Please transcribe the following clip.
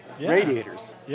radiators